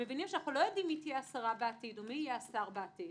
אנחנו מבינים שלא יודעים מי יהיה השר או השרה בעתיד,